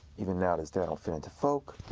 even now, this day, i don't fit into folk,